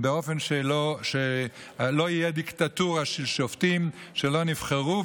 באופן שלא תהיה דיקטטורה של שופטים שלא נבחרו,